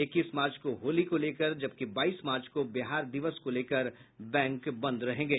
इक्कीस मार्च को होली को लेकर जबकि बाईस मार्च को बिहार दिवस को लेकर बैंक बंद रहेंगे